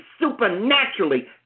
supernaturally